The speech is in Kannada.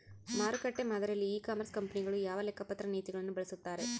ಮಾರುಕಟ್ಟೆ ಮಾದರಿಯಲ್ಲಿ ಇ ಕಾಮರ್ಸ್ ಕಂಪನಿಗಳು ಯಾವ ಲೆಕ್ಕಪತ್ರ ನೇತಿಗಳನ್ನು ಬಳಸುತ್ತಾರೆ?